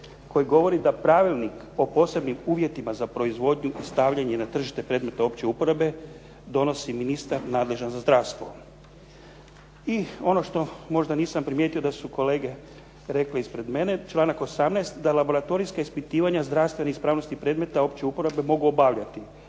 koji govori da pravilnik o posebnim uvjetima za proizvodnju i stavljanje na tržište predmeta opće uporabe donosi ministar nadležan za zdravstvo. I ono što možda nisam primijetio da su kolege rekli ispred mene. Članak 18. da laboratorijska ispitivanja zdravstvene ispravnosti predmeta opće uporabe mogu obavljati